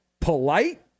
polite